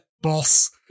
boss